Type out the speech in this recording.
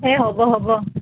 এই হ'ব হ'ব